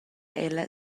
ella